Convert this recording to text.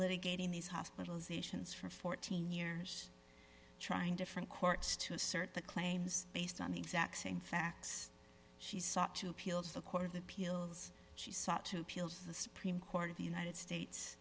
litigating these hospitalizations for fourteen years trying different courts to assert the claims based on the exact same facts she sought to appeal to the court of appeals she sought to appeal to the supreme court of the united states